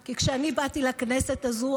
כי כשאני באתי לכנסת הזו,